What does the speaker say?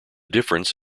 difference